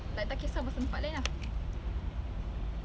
like all those wannabes